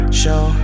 show